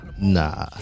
Nah